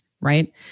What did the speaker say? Right